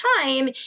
time